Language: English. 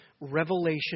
revelation